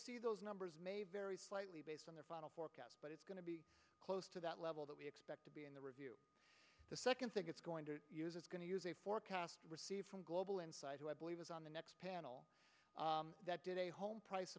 see those numbers may vary slightly based on their final forecast but it's going to be close to that level that we expect to be in the review the second think it's going to use it's going to use a forecast receive from global insight who i believe is on the next panel that did a home price